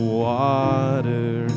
water